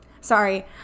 Sorry